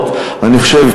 הישראלית.